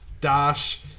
dash